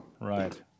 Right